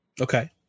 Okay